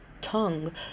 tongue